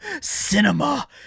cinema